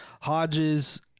Hodge's